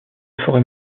forêts